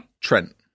Trent